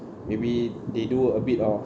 maybe they do a bit of